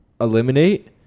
eliminate